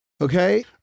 Okay